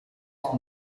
far